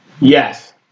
Yes